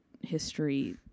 history